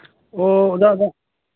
ꯑꯣ ꯑꯣꯖꯥ ꯑꯣꯖꯥ